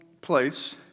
place